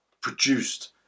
produced